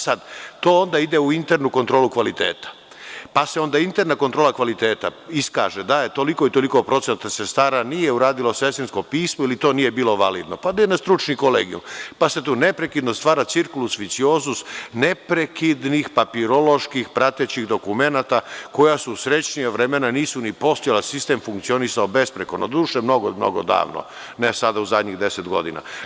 Sada to onda ide u internu kontrolu kvaliteta, pa se onda interna kontrola kvaliteta iskaže, da je to toliko i toliko procenata sestara nije uradilo sestrinsko pismo, ili to nije bilo validno, pa nema stručni kolegijum, pa se tu neprekidno stvara cirkus, viciozus, neprekidnih papiroloških pratećih dokumenata, koja u srećnija vremena ni postojala, sistem funkcionisao besprekorno, doduše mnogo, mnogo davno, ne sada u zadnjih 10 godina.